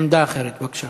עמדה אחרת, בבקשה.